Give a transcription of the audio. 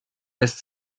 lässt